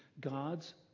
God's